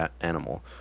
animal